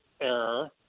error